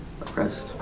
oppressed